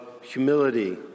humility